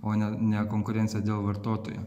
o ne ne konkurencija dėl vartotojo